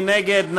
מי נגד?